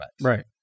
Right